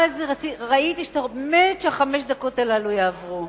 מה-זה ראיתי שאתה מת שחמש הדקות הללו יעברו.